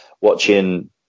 Watching